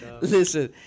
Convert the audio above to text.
Listen